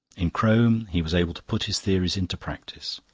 in crome he was able to put his theories into practice.